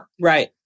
Right